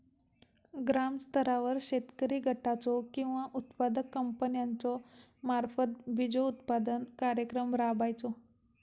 ग्रामस्तरावर शेतकरी गटाचो किंवा उत्पादक कंपन्याचो मार्फत बिजोत्पादन कार्यक्रम राबायचो?